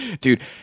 Dude